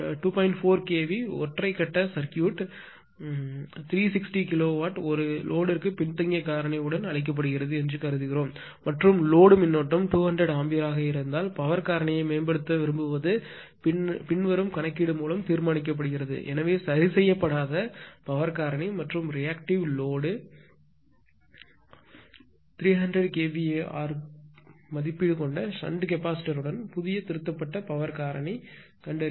4 kV ஒற்றை கட்ட circuit 360 kW ஒரு லோடிக்கு பின்தங்கிய காரணி உடன் அளிக்கப்படுகிறது என்று கருதுகிறோம் மற்றும் சுமை மின்னோட்டம் 200 ஆம்பியர் யாக இருந்தால் பவர் காரணியை மேம்படுத்த விரும்புவது பின்வரும் கணக்கீடு மூலம் தீர்மானிக்கபடுகிறது எனவே சரி செய்யப்படாத பவர் காரணி மற்றும் ரியாக்டிவ் லோடு 300 kVAr மதிப்பீடு கொண்ட ஷன்ட் கெப்பாசிட்டர் உடன் புதிய திருத்தப்பட்ட பவர் காரணி கண்டறியவும்